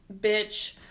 bitch